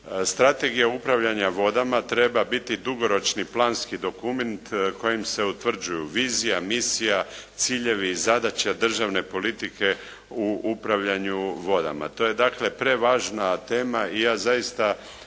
Strategija upravljanja vodama treba biti dugoročni planski dokument kojim se utvrđuju vizija, misija, ciljevi i zadaća državne politike u upravljanju vodama. To je dakle prevažna tema i ja zaista